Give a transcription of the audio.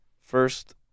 First